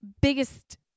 biggest